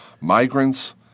migrants